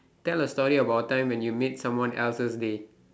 tell a story about a time when you made someone else's day